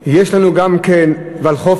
יש לנו גם כן ולחו"פים,